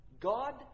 God